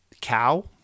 cow